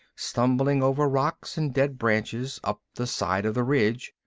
stumbling over rocks and dead branches, up the side of the ridge.